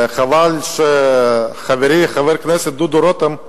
וחבל שחברי חבר הכנסת דודו רותם,